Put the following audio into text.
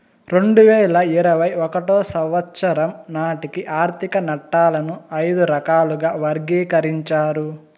రెండు వేల ఇరవై ఒకటో సంవచ్చరం నాటికి ఆర్థిక నట్టాలను ఐదు రకాలుగా వర్గీకరించారు